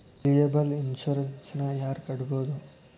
Liable insurance ನ ಯಾರ್ ಕಟ್ಬೊದು?